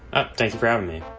ah thanks for having me